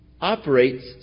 operates